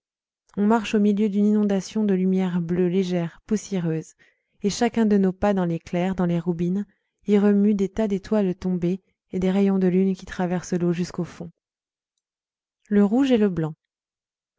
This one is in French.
on marche au milieu d'une inondation de lumière bleue légère poussiéreuse et chacun de nos pas dans les clairs dans les roubines y remue des tas d'étoiles tombées et des rayons de lune qui traversent l'eau jusqu'au fond iv le rouge et le blanc